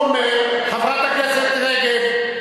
הוא עומד, חברת הכנסת רגב.